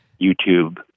YouTube